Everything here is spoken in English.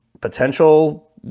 potential